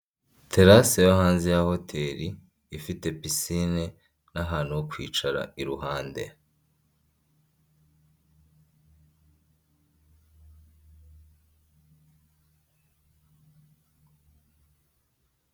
Telasi yo hanze ya hotel ifite pisine n'ahantu ho kwicara iruhande.